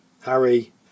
Harry